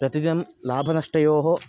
प्रतिदिनं लाभनष्टयोः